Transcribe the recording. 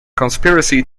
conspiracy